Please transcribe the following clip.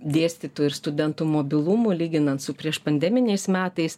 dėstytojų ir studentų mobilumo lyginant su prieš pandeminiais metais